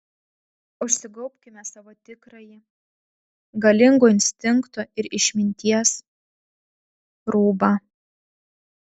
užsigaubkime savo tikrąjį galingų instinktų ir išminties rūbą